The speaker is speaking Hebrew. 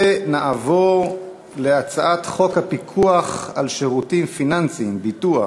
ונעבור להצעת חוק הפיקוח על שירותים פיננסיים (ביטוח)